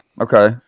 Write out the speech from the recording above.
Okay